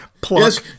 Plus